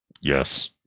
Yes